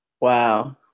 Wow